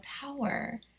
power